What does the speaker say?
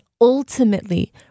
ultimately